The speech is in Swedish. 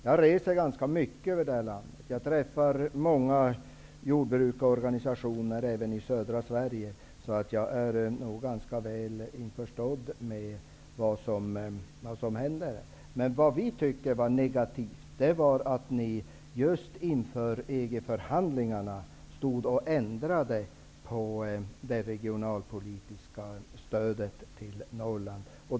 Jag reser ganska mycket i landet. Jag träffar många jordbrukarorganisationer även i södra Sverige, så jag är nog ganska väl införstådd med vad som händer. Men vi tyckte det var negativt att man just inför EG-förhandlingarna ändrade på det regionalpolitiska stödet till Norrland.